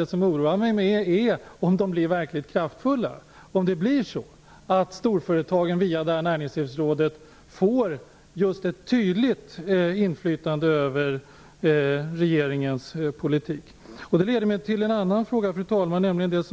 Det som oroar mig mer är huruvida de kommer att bli verkligt kraftfulla. Kommer storföretagen via Näringslivsrådet att få ett tydligt inflytande över regeringens politik? Fru talman! Detta leder mig till en annan fråga.